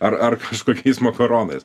ar ar kažkokiais makaronais